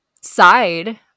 side